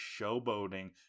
showboating